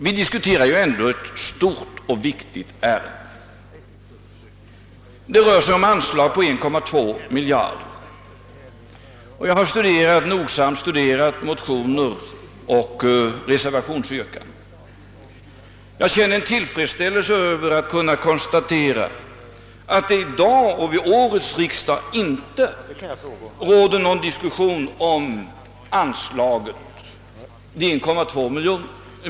Vi diskuterar ändock ett stort och viktigt ärende. Det rör sig om anslag på 1,2 miljard kronor. Jag har nogsamt studerat motioner och reservationsyrkanden och jag känmer tillfredsställelse över att kunna konstatera, att det vid årets riksdag inte råder någon diskussion om anslagets storlek.